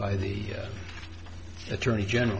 by the attorney general